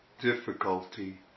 difficulty